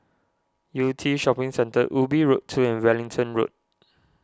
Yew Tee Shopping Centre Ubi Road two and Wellington Road